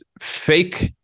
fake